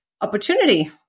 opportunity